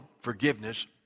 forgiveness